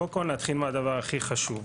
קודם כל, נתחיל מהדבר הכי חשוב.